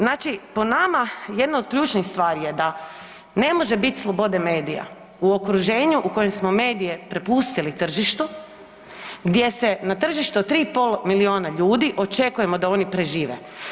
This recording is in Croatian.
Znači po nama jedna od ključnih stvari je da ne može bit slobode medija u okruženju u kojem smo medije prepustili tržištu gdje se na tržište od tri i pol milijuna ljudi očekujemo da oni prežive.